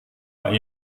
pak